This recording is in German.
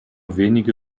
wenige